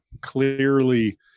clearly